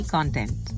Content